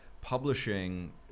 publishing